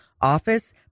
office